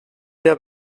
der